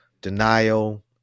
denial